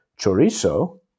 chorizo